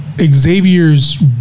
Xavier's